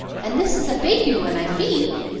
and this is a baby one, i fink.